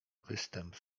występ